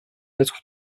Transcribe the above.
être